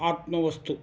आत्मवस्तु